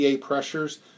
pressures